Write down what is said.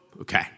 okay